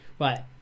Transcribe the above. Right